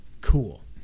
cool